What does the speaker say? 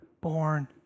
born